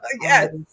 Yes